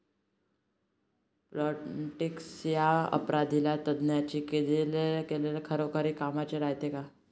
Plantix या ॲपमधील तज्ज्ञांनी केलेली मार्गदर्शन खरोखरीच कामाचं रायते का?